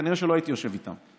כנראה לא הייתי יושב איתם.